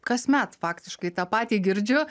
kasmet faktiškai tą patį girdžiu